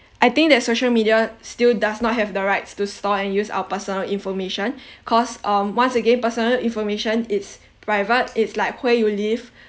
I think that social media still does not have the rights to store and use our personal information cause um once again personal information it's private it's like where you live